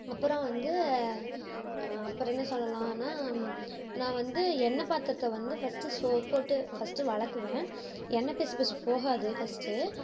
அப்புறம் வந்து அப்புறம் என்ன சொல்லலான்னா நான் வந்து எண்ணெய் பாத்திரத்தை வந்து ஃபஸ்ட்டு சோப்பு போட்டு ஃபஸ்ட்டு விலக்குவேன் எண்ணெய் பிசுபிசுப்பு போகாது ஃபஸ்ட்டு